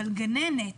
גננת